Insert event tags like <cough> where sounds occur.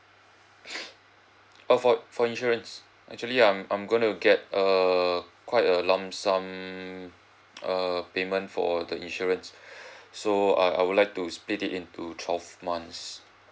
<noise> oh for for insurance actually I'm I'm going to get a quite a lump sum err payment for the insurance <breath> so uh I would like to split it into twelve months